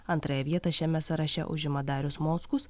antrąją vietą šiame sąraše užima darius mockus